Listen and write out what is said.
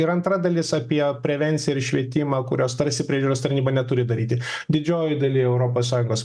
ir antra dalis apie prevenciją ir švietimą kurios tarsi priežiūros tarnyba neturi daryti didžiojoj daly europos sąjungos